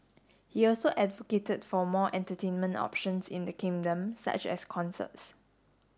he also advocated for more entertainment options in the kingdom such as concerts